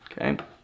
Okay